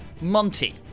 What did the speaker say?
Monty